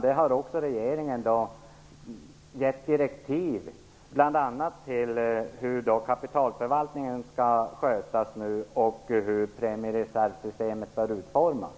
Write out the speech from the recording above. Här har också regeringen gett direktiv, bl.a. om hur kapitalförvaltningen skall skötas och hur premiereservsystemet bör utformas.